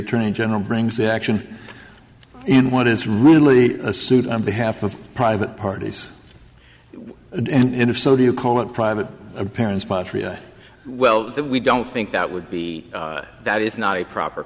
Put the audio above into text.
attorney general brings that action and what is really a suit on behalf of private parties and if so do you call it private and parents well we don't think that would be that is not a proper